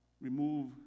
Remove